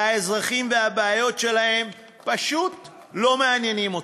והאזרחים והבעיות שלהם פשוט לא מעניינים אתכם,